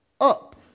up